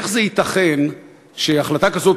איך זה ייתכן שהחלטה כזאת,